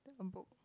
a book